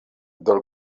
del